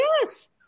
Yes